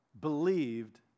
believed